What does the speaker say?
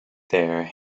there